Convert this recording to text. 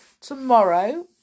tomorrow